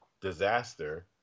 disaster